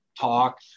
talk